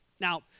Now